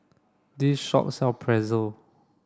this shop sell Pretzel